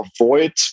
avoid